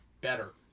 better